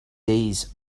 days